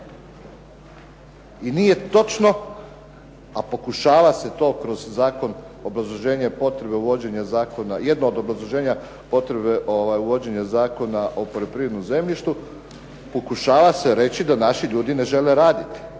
I nije točno, a pokušava se to kroz zakon, obrazloženje je potrebe uvođenja zakona, jedno od obrazloženja potrebe uvođenja zakona o poljoprivrednom zemljištu pokušava se reći da naši ljudi ne žele raditi,